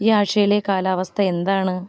ഈ ആഴ്ചയിലെ കാലാവസ്ഥ എന്താണ്